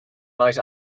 night